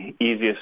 easiest